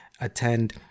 attend